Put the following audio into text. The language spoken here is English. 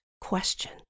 question